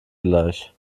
gleich